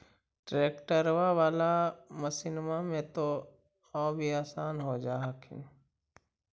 ट्रैक्टरबा बाला मसिन्मा से तो औ भी आसन हो जा हखिन?